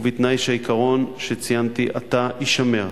ובתנאי שהעיקרון שציינתי עתה יישמר.